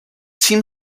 tim